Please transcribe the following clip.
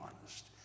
honest